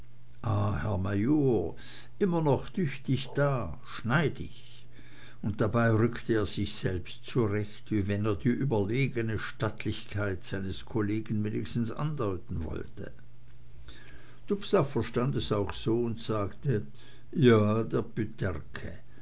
immer noch tüchtig da schneidig und dabei rückte er sich selbst zurecht wie wenn er die überlegene stattlichkeit seines kollegen wenigstens andeuten wolle dubslav verstand es auch so und sagte ja der